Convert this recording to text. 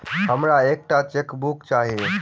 हमरा एक टा चेकबुक चाहि